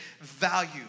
value